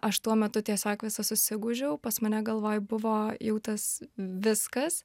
aš tuo metu tiesiog visa susigūžiau pas mane galvoj buvo jau tas viskas